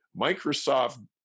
Microsoft